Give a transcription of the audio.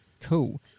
cool